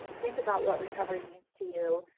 think about what recovery means to you,